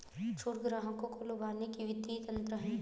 छूट ग्राहकों को लुभाने का वित्तीय तंत्र है